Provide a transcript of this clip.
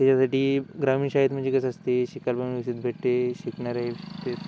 त्याच्यासाठी ग्रामीण शाळेत म्हणजे कसं असतं आहे शिकायला पण व्यवस्थित भेटत आहे शिकणारे भेट